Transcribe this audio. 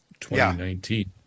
2019